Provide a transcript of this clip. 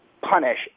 punish